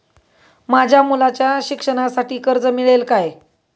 माझ्या मुलाच्या शिक्षणासाठी कर्ज मिळेल काय?